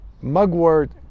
Mugwort